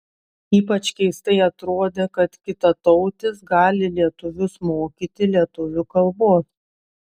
ypač keistai atrodė kad kitatautis gali lietuvius mokyti lietuvių kalbos